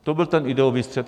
To byl ten ideový střet.